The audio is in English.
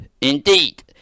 Indeed